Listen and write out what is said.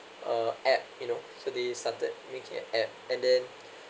uh app you know so they started make an app and then